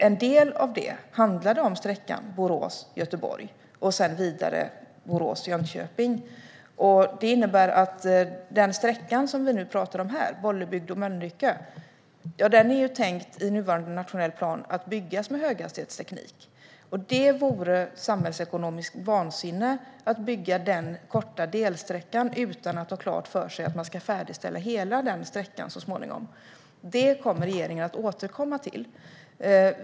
En del av det handlade om sträckan Borås-Göteborg och sedan vidare Borås-Jönköping. Det innebär att den sträcka som vi nu pratar om här, Bollebygd-Mölnlycke, i nuvarande nationell plan är tänkt att byggas med höghastighetsteknik, och det vore samhällsekonomiskt vansinne att bygga den korta delsträckan utan att ha klart för sig att man ska färdigställa hela den sträckan så småningom. Detta kommer regeringen att återkomma till.